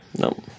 no